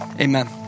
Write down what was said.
Amen